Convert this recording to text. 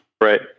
Right